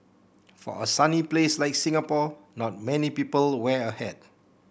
for a sunny place like Singapore not many people wear a hat